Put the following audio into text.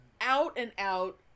out-and-out